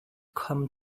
come